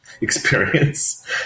experience